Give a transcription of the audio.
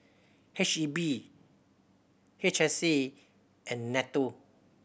H E B H S A and NATO